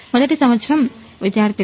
మొదటి సంవత్సరం విద్యార్థి